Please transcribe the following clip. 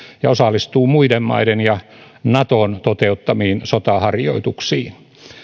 ja osallistuu muiden maiden ja naton toteuttamiin sotaharjoituksiin